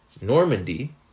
Normandy